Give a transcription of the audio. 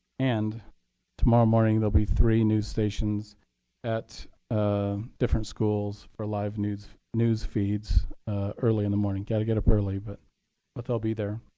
and tomorrow morning, there'll be three news stations at ah different schools for live news newsfeeds early in the morning. got to get up early, but but they'll be there.